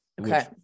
Okay